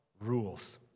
rules